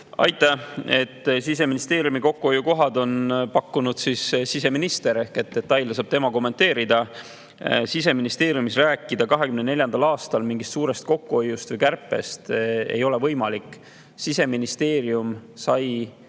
Aitäh! Siseministeeriumi kokkuhoiukohad on pakkunud siseminister ehk detaile saab tema kommenteerida. Rääkida Siseministeeriumis 2024. aastal mingist suurest kokkuhoiust või kärpest ei ole võimalik. Siseministeerium sai